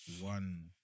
one